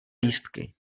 lístky